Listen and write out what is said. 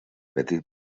petit